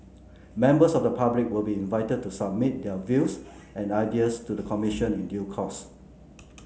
members of the public will be invited to submit their views and ideas to the Commission in due course